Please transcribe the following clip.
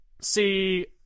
see